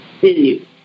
venue